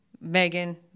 Megan